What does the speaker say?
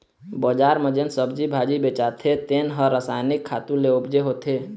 बजार म जेन सब्जी भाजी बेचाथे तेन ह रसायनिक खातू ले उपजे होथे